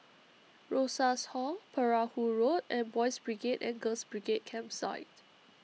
Rosas Hall Perahu Road and Boys' Brigade and Girls' Brigade Campsite